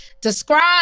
describe